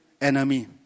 enemy